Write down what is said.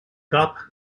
cap